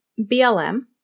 BLM